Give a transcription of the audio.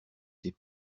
des